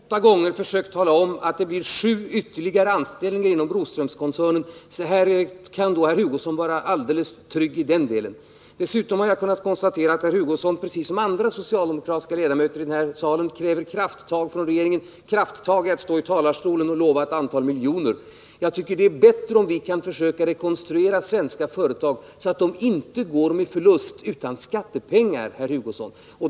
Herr talman! Jag har nu åtta gånger försökt tala om att det blir sju ytterligare anställningar inom Broströmskoncernen. Herr Hugosson kan alltså vara alldeles trygg i den delen. Dessutom har jag kunnat konstatera att herr Hugosson precis som andra socialdemokratiska ledamöter i den här salen kräver krafttag från regeringen — krafttag när det gäller att stå i talarstolen och lova ett antal miljoner. Jag tycker att det är bättre om vi utan skattepengar försöker rekonstruera svenska företag så att de inte går med förlust, herr Hugosson.